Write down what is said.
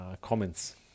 comments